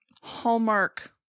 hallmark